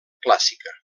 clàssica